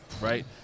right